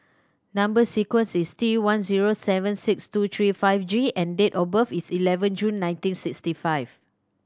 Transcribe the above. number sequence is T one zero seven six two three five G and date of birth is eleven June nineteen sixty five